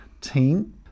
team